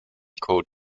called